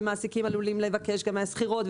ומעסיקים עלולים לבקש גם מהשכירות,